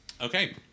Okay